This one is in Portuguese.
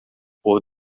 pôr